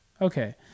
Okay